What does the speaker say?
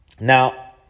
Now